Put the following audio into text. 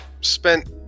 spent